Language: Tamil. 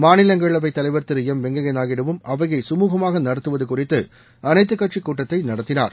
மாநிலங்களவை தலைவர் திரு எம் வெங்கய்யா நாயுடுவும் அவையை சுமூகமாக நடத்துவது குறித்து அனைத்து கட்சி கூட்டத்தை நடத்தினர்